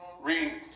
Read